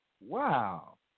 Wow